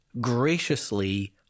graciously